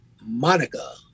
Monica